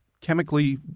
chemically